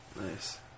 nice